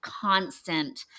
constant